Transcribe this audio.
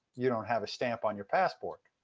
you don't have a stamp on your passport.